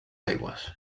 aigües